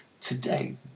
Today